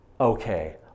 okay